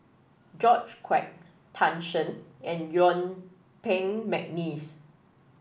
George Quek Tan Shen and Yuen Peng McNeice